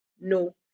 no